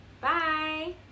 Bye